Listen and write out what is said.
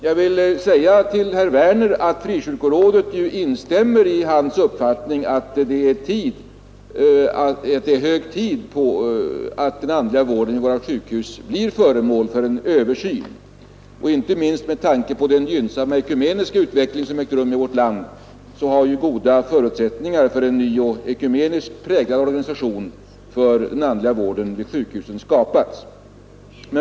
Jag vill säga till herr Werner att frikyrkorådet instämmer i hans uppfattning att det är hög tid att den andliga vården vid våra sjukhus blir föremål för en översyn. Inte minst med tanke på den gynnsamma ekumeniska utveckling som ägt rum i vårt land har det skapats goda förutsättningar för en ny och ekumeniskt präglad organisation för den andliga vården vid sjukhusen.